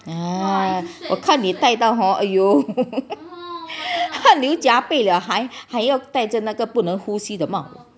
ah 我看你带到 hor !aiyo! 汗流浃背了还要带住那个不能呼吸的帽